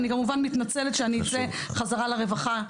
אני מתנצלת, כמובן, על כך שאצא חזרה לרווחה.